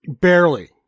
Barely